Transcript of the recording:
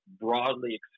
broadly